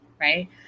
right